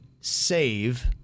save